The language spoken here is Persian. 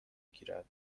گیرد